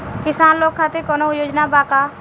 किसान लोग खातिर कौनों योजना बा का?